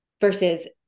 versus